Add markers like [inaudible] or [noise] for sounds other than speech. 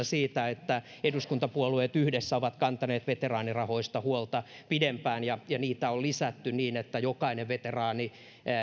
[unintelligible] siitä että eduskuntapuolueet yhdessä ovat kantaneet veteraanirahoista huolta pidempään ja niitä on lisätty niin että jokainen veteraani